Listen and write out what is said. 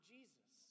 Jesus